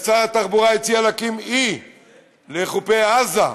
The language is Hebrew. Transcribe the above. ושר התחבורה הציע להקים אי לחופי עזה.